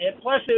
Plus